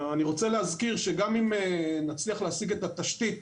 אני רוצה להזכיר שגם אם נצליח להשיג את התשתית